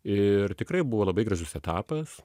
ir tikrai buvo labai gražus etapas